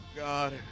God